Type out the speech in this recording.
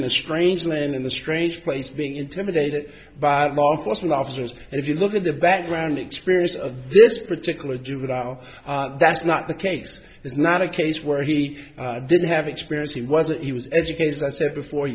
in a strange land in the strange place being intimidated by law enforcement officers and if you look at the background experience of this particular juvenile that's not the case it's not a case where he didn't have experience he wasn't he was educated as i said before